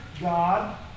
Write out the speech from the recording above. God